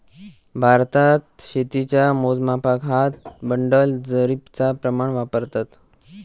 भारतात शेतीच्या मोजमापाक हात, बंडल, जरीबचा प्रमाण वापरतत